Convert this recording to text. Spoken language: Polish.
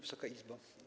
Wysoka Izbo!